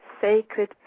sacred